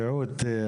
רעות,